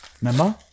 Remember